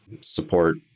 support